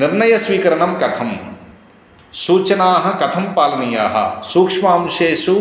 निर्णयस्वीकरणं कथं सूचनाः कथं पालनीयाः सूक्ष्म अंशेषु